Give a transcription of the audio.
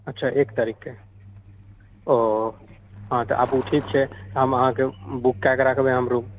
अच्छा एक तारिखके ओऽ हँ तऽ आबु ठीक छै हम अहाँकऽ बुक कए कऽ रखबै हम रूम